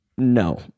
No